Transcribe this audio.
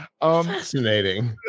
Fascinating